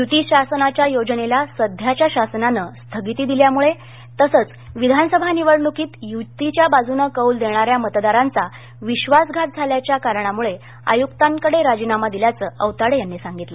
युतीच्या शासनाच्या योजनेला सध्याच्या शासनानं स्थगिती दिल्यामुळे तसंच विधानसभा निवडणुकीत युतीच्या बाजुनं कौल देणाऱ्या मतदारांचा विश्वसवास घात झाल्याच्या कारणामूळे आयुक्तांकडे राजीनामा दिल्याचं औाताडे यांनी सांगितलं